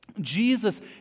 Jesus